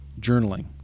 Journaling